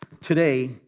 Today